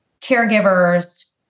caregivers